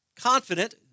confident